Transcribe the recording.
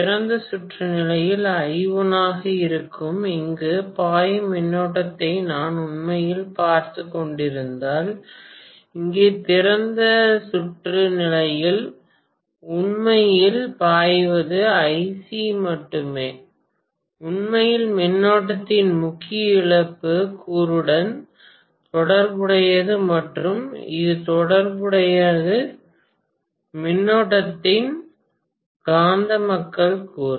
திறந்த சுற்று நிலையில் I1 ஆக இருக்கும் இங்கு பாயும் மின்னோட்டத்தை நான் உண்மையில் பார்த்துக் கொண்டிருந்தால் இங்கே திறந்த சுற்று நிலையில் உண்மையில் பாய்வது Ic மட்டுமே உண்மையில் மின்னோட்டத்தின் முக்கிய இழப்பு கூறுடன் தொடர்புடையது மற்றும் இது தொடர்புடையது மின்னோட்டத்தின் காந்தமாக்கல் கூறு